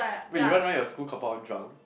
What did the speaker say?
wait you run around your school compound drunk